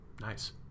nice